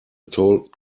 talk